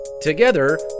Together